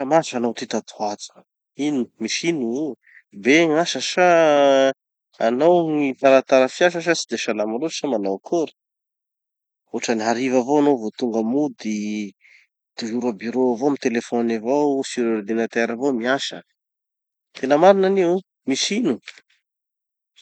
Niasa mafy hanao ty tatahoato. Ino misy ino io io? Be gn'asa sa hanao gny taratara fiasa sa tsy de salama loatsy sa manao akory? Hotrany hariva avao hanao vo tonga mody, toujours a bureau avao, mitelefôny avao, sur ordinateur avao miasa. Tena marina anio. Misy ino?